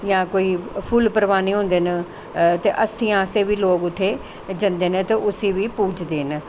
जां कोई फुल्ल परवानें होंदे न ते अस्तियें आस्तै बी लोर उत्थें जंदे न ते उसी बी पूज़दे न